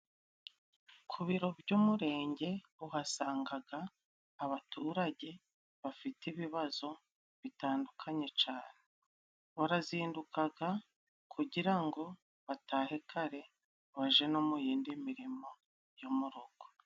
Ku biro by'umurenge uhasangaga abaturage bafite ibibazo bitandukanye cane, barazindukaga kugira ngo batahe kare baje no mu yindi mirimo yo mu rugo.